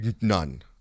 None